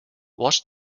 watch